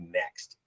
next